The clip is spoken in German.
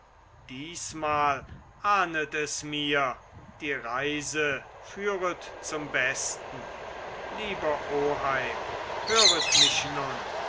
diesmal ahndet es mir die reise führet zum besten lieber oheim höret mich nun